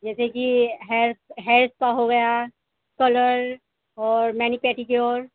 جیسے کہ hairs hairs کا ہو گیا کلر اور مینی پیٹیکیور